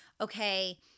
okay